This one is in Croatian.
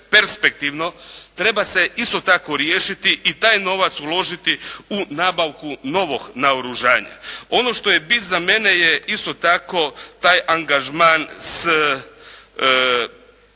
perspektivno, treba se isto tako riješiti i taj novac uložiti u nabavku novog naoružanja. Ono što je bit za mene je, isto tako taj angažman s